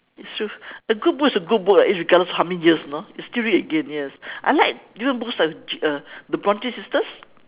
it's true a good book is a good book lah irregardless of how many years you know you still read it again yes I like you know books like uh the bronte sisters